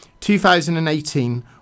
2018